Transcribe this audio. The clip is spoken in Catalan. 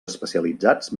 especialitzats